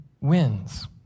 wins